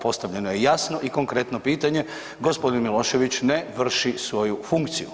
Postavljeno je jasno i konkretno pitanje, g. Milošević ne vrši svoju funkciju.